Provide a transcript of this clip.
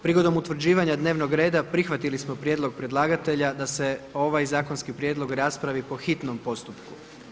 Prigodom utvrđivanja dnevnog reda prihvatili smo prijedlog predlagatelja da se ovaj zakonski prijedlog raspravi po hitnom postupku.